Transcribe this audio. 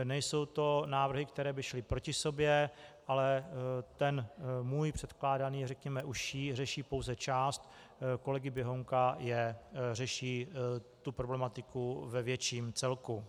Nejsou to návrhy, které by šly proti sobě, ale ten můj předkládaný, užší, řeší pouze část, kolegy Běhounka řeší tu problematiku ve větším celku.